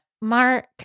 mark